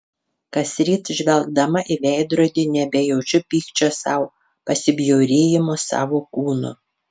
kasryt žvelgdama į veidrodį nebejaučiu pykčio sau pasibjaurėjimo savo kūnu